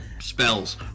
spells